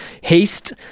haste